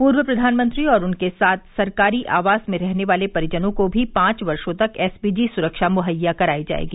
पूर्व प्रधानमंत्री और उनके साथ सरकारी आवास में रहने वाले परिजनों को भी पांच वर्षों तक एसपीजी सुरक्षा मुहैया करायी जायेगी